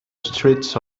streets